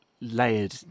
layered